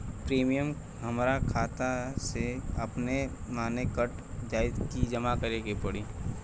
Premium हमरा खाता से अपने माने कट जाई की जमा करे के पड़ी?